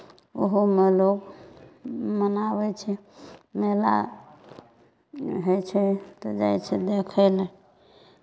ओहोमे लोक मनाबै छै मेला होइ छै तऽ जाइ छै देखय लेल